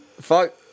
Fuck